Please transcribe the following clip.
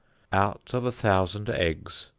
out of a thousand eggs,